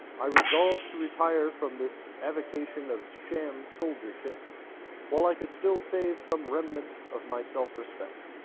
i resolved to retire from this avocation of sham soldiership while i could still save some remnant of my self-respect.